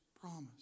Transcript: promise